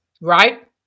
Right